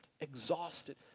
exhausted